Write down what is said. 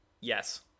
Yes